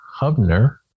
Hubner